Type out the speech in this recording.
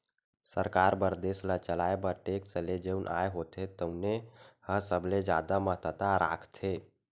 सरकार बर देस ल चलाए बर टेक्स ले जउन आय होथे तउने ह सबले जादा महत्ता राखथे